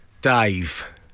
Dave